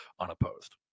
unopposed